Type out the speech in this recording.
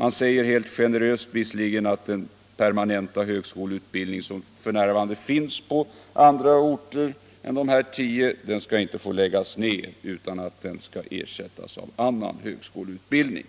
Man säger dock generöst att den permanenta högskoleutbildning som f. n. finns på andra orter än de nämnda tio inte får läggas ned utan att så långt som möjligt få ersättas av annan högskoleutbildning.